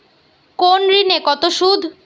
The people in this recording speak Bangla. কোন ঋণে কত সুদ?